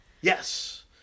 Yes